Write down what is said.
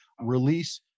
release